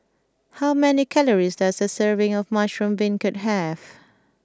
how many calories does a serving of Mushroom Beancurd have